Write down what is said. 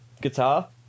guitar